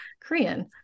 Korean